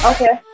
Okay